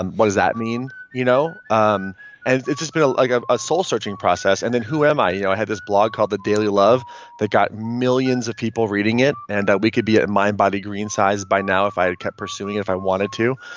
and what does that mean? you know um and it's just been a like ah ah soul searching process. and then who am i? you know, i had this blog called the daily love that got millions of people reading it and we could be at mind body green size by now if i had kept pursuing it, if i wanted to.